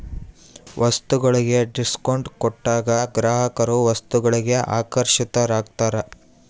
ವಸ್ತುಗಳಿಗೆ ಡಿಸ್ಕೌಂಟ್ ಕೊಟ್ಟಾಗ ಗ್ರಾಹಕರು ವಸ್ತುಗಳಿಗೆ ಆಕರ್ಷಿತರಾಗ್ತಾರ